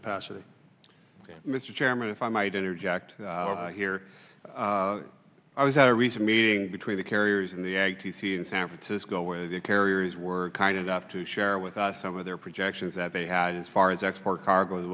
capacity mr chairman if i might interject here i was at a recent meeting between the carriers in the a t c in san francisco where the carriers were kind enough to share with us some of their projections that they had as far as export cargo